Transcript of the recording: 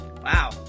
wow